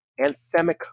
anthemic